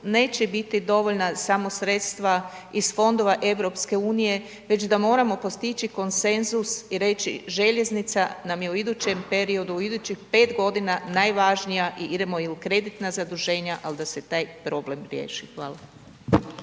neće biti dovoljna samo sredstva iz fondova EU-a već da moramo postići konsenzus i reći željeznica nam je u idućem periodu, u idućih 5 g. najvažnija i idemo i u kreditna zaduženja ali da se taj problem riješi. Hvala.